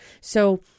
So-